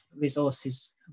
resources